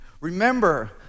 Remember